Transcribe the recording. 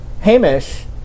Hamish